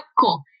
cool